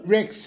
Rex